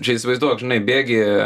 čia įsivaizduok žinai bėgi